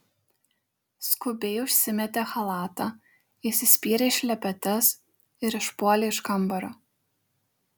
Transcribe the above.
skubiai užsimetė chalatą įsispyrė į šlepetes ir išpuolė iš kambario